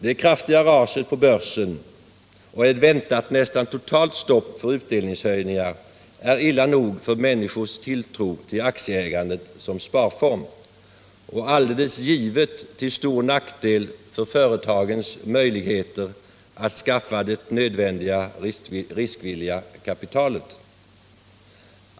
Det kraftiga raset på börsen och ett väntat nästan totalt stopp för utdelninghöjningar är illa nog för människors tilltro till aktieägandet som sparform och alldeles givet till stor nackdel för företagens möjligheter att skaffa det nödvändiga riskvilliga kapitalet.